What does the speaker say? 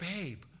babe